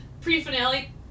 pre-finale-